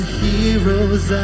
heroes